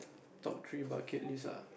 top three bucket list ah